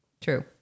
True